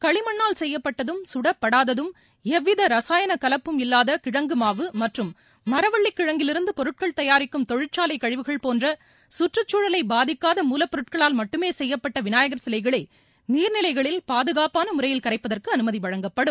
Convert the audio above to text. களிமண்ணால் செய்யப்பட்டதும் கடப்படாததும் எவ்வித ரசாயன கலப்படமும் இல்லாத கிழங்கு மாவு மற்றும் மரவள்ளி கிழங்கிலிருந்து பொருட்கள் தயாரிக்கும் தொழிற்சாலை கழிவுகள் போன்ற சுற்றுச்சூழலை பாதிக்காத மூலப்பொருட்களால் மட்டுமே செய்யப்பட்ட விநாயகர் சிலைகளை நீர்நிலைகளில் பாதுகாப்பான முறையில் கரைப்பதற்கு அனுமதி வழங்கப்படும்